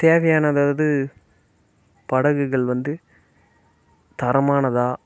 தேவையான அதாவது படகுகள் வந்து தரமானதாக